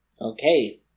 Okay